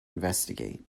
investigate